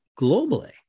globally